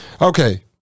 Okay